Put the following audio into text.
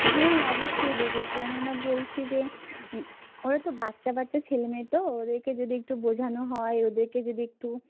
হ্যাঁ অবশ্যই দিদি কেননা বলছি যে ওরা তো বাচ্চা বাচ্চা ছেলে মেয়ে তো ওদেরকে যদি একটু বোঝানো হয় ওদেরকে যদি একটু